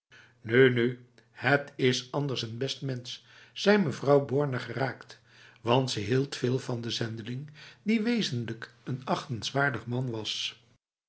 nu het is anders n best mens zei mevrouw borne geraakt want ze hield veel van de zendeling die wezenlijk n achtenswaardig man was